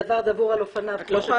דבר דבור על אופניו --- את לא יכולה